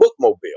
bookmobile